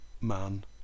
man